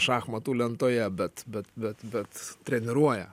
šachmatų lentoje bet bet bet bet treniruoja